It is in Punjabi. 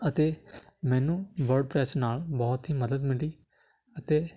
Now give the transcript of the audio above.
ਅਤੇ ਮੈਨੂੰ ਵਰਡ ਪ੍ਰੈਸ ਨਾਲ ਬਹੁਤ ਹੀ ਮਦਦ ਮਿਲੀ ਅਤੇ